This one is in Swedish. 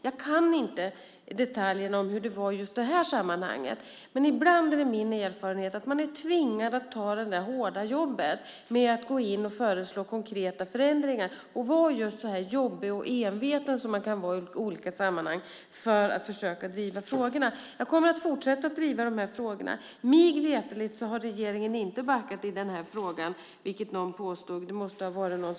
Jag kan inte detaljerna i hur det var i just detta sammanhang, men min erfarenhet är att man ibland är tvingad att ta sig an det hårda jobbet med att föreslå konkreta förändringar och vara just så jobbig och enveten som man kan vara i olika sammanhang för att försöka driva frågorna. Jag kommer att fortsätta att driva dessa frågor. Mig veterligt har regeringen inte backat i denna fråga, vilket någon påstod; denne måste ha sagt fel.